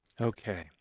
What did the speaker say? Okay